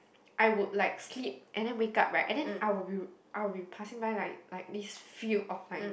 I would like sleep and then wake up right and then I will be I will be passing by like like this field of like